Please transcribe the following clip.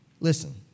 Listen